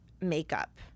makeup